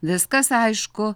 viskas aišku